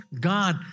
God